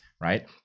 right